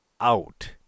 out